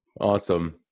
Awesome